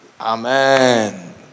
Amen